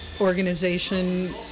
organization